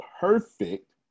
perfect